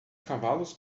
cavalos